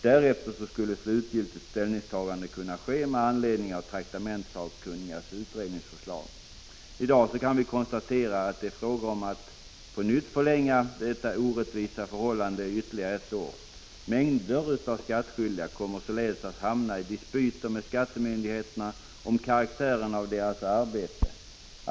Därefter skulle slutgiltigt ställningstagande kunna ske med anledning av traktamentssakkunnigas utredningsförslag. I dag kan vi konstatera att det är fråga om att på nytt förlänga detta orättvisa förhållande ytterligare ett år. Mängder av skattskyldiga kommer = Prot. 1985/86:49 således att hamna i dispyter med skattemyndigheterna om karaktären av sitt — 11 december 1985 arbete.